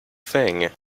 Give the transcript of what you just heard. thing